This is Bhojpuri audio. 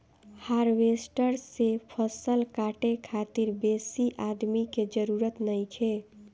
हार्वेस्टर से फसल काटे खातिर बेसी आदमी के जरूरत नइखे